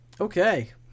Okay